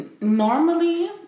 Normally